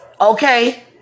Okay